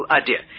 idea